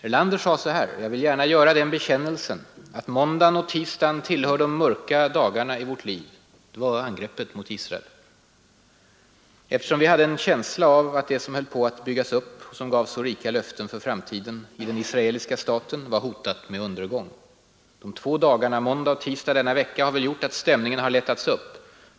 Erlander sade så här: ”——— jag vill gärna göra den bekännelsen att måndagen och tisdagen tillhör de mörka dagarna i vårt liv eftersom vi hade en känsla av att det som höll på att byggas upp och som gav så rika löften för framtiden i den israeliska staten var hotat med undergång. ——— De två dagarna måndag och tisdag denna vecka har väl gjort att stämningen har lättats upp.